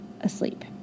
asleep